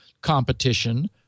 competition